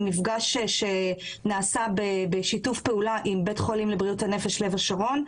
עם מפגש שנעשה בשיתוף פעולה עם בית חולים לבריאות הנפש לב השרון,